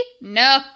No